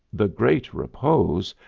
the great repose,